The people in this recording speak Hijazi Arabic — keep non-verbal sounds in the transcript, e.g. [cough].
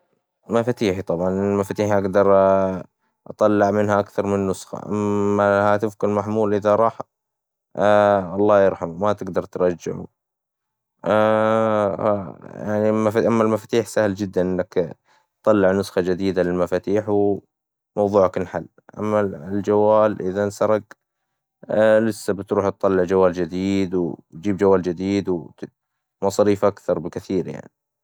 مفاتيحي طبعاً، لان مفاتيحي اقدر [hesitation] أطلع منها أكثر من نسخة، أما هاتفك المحمول إذا راح [hesitation] الله يرحمه، ما تقدر ترجعه، [hesitation] يعني أما المفاتيح سهل جداً نك تطلع نسخة جديدة للمفاتتيح، وموظوعك انحل، أما الجوال إذا انسرق، لسه بتروح تطلع جوال جديد، وتجيب جوال جديد، وت- مصاريف اكثر بكثير يعني.